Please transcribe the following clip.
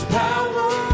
power